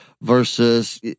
versus